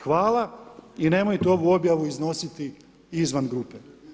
Hvala i nemojte ovu objavu iznositi izvan grupe.